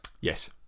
Yes